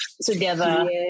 together